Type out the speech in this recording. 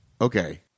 okay